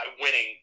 winning